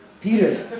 Peter